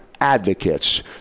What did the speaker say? Advocates